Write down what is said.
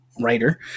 writer